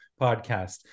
podcast